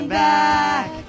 back